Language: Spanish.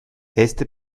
este